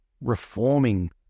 reforming